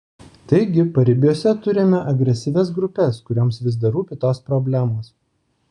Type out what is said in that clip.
taigi paribiuose turime agresyvias grupes kurioms vis dar rūpi tos problemos